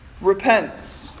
repents